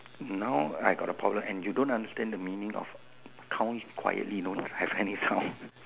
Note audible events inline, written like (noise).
now I got the problem and you don't understand the meaning of count quietly you know have any sound (breath)